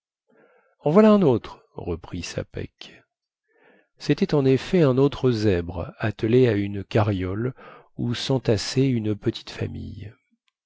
en voilà un autre reprit sapeck cétait en effet un autre zèbre attelé à une carriole où sentassait une petite famille